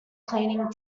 cleaning